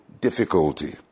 difficulty